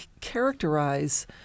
characterize